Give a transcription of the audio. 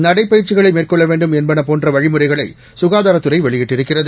நடைபயிற்சிகளைமேற்கொள்ளவேண்டும்என்பதுபோ ன்றவழிமுறைகளைசுகாதாரத்துறைவெளியிட்டிருக்கிறது